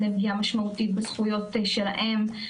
מפני פגיעה משמעותית בזכויות שלהם,